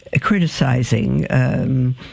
criticizing